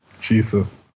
Jesus